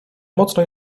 mocno